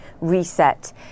reset